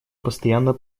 постоянно